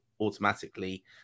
automatically